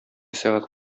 сәгать